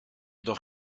doch